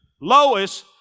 Lois